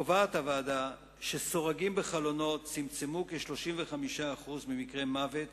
קובעת הוועדה שסורגים בחלונות צמצמו כ-35% ממקרי מוות